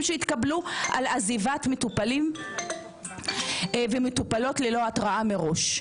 שהתקבלו על עזיבת מטופלים ומטופלות ללא התראה מראש.